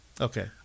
Okay